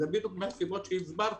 בדיוק מהסיבות שהסברתי,